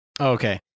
Okay